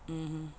mmhmm